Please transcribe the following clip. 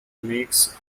makes